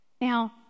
Now